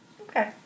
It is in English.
okay